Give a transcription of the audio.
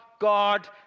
God